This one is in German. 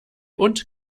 und